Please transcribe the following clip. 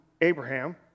Abraham